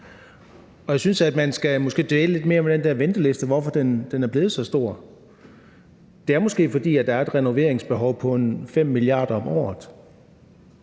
og jeg synes måske, at man skal dvæle lidt mere ved, hvorfor den der venteliste er blevet så stor. Det er måske, fordi der er et renoveringsbehov på ca. 5 mia. kr. om året.